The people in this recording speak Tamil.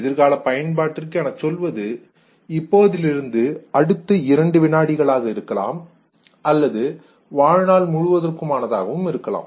எதிர்கால பயன்பாட்டிற்கு என சொல்வது இப்போதிலிருந்து அடுத்து இரண்டு வினாடிகள் ஆக இருக்கலாம் அல்லது வாழ்நாள் முழுவதற்கும் ஆனதாகவும் இருக்கலாம்